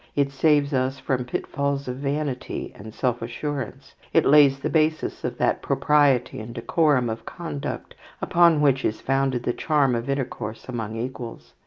it saves us from pitfalls of vanity and self-assurance, it lays the basis of that propriety and decorum of conduct upon which is founded the charm of intercourse among equals.